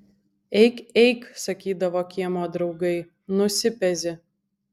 eik eik sakydavo kiemo draugai nusipezi